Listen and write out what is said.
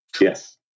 yes